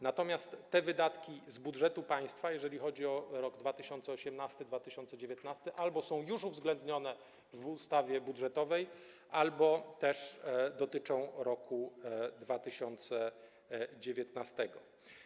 Natomiast te wydatki z budżetu państwa, jeżeli chodzi o lata 2018, 2019, albo są już uwzględnione w ustawie budżetowej, albo też dotyczą roku 2019.